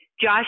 Josh